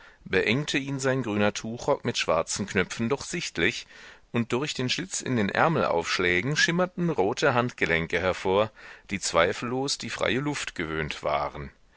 beengte ihn sein grüner tuchrock mit schwarzen knöpfen doch sichtlich und durch den schlitz in den ärmelaufschlägen schimmerten rote handgelenke hervor die zweifellos die freie luft gewöhnt waren